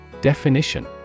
Definition